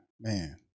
Man